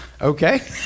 Okay